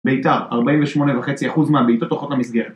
ביתר 48.5% מהבעיטות תורכות למסגרת